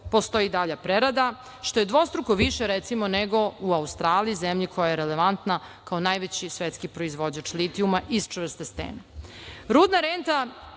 postoji dalja prerada, što je dvostruko više nego u Australiji, zemlji koja je relevantna kao najveći svetski proizvođač litijuma iz čvrste stene. Rudna renta,